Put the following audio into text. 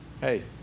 Hey